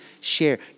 share